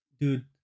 dude